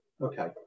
Okay